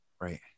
Right